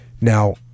now